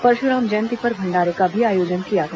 परशुराम जयंती पर भंडारे का भी आयोजन किया गया